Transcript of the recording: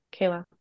Kayla